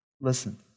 Listen